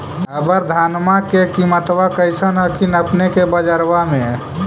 अबर धानमा के किमत्बा कैसन हखिन अपने के बजरबा में?